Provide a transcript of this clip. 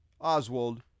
Oswald